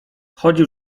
chodził